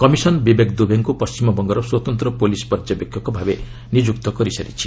commission Vivek ଦୁବେଙ୍କୁ ପଣ୍ଟିମବଙ୍ଗର ସ୍ୱତନ୍ତ ପୁଲିସ୍ ପର୍ଯ୍ୟବେକ୍ଷକ ଭାବେ ନିଯୁକ୍ତ କରି ସାରିଛି